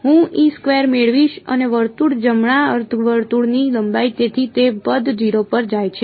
હું મેળવીશ અને વર્તુળ જમણા અર્ધવર્તુળની લંબાઈ તેથી તે પદ 0 પર જાય છે